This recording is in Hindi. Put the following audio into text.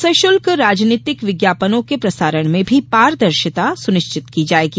सश्रल्क राजनीतिक विज्ञापनों के प्रसारण में भी पारदर्शिता सुनिश्चित की जाएगी